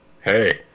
hey